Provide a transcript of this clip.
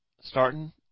starting